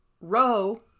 row